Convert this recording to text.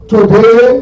Today